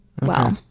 Wow